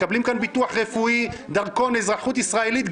מקבלים כאן ביטוח רפואי, דרכון, אזרחות ישראלית.